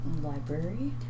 Library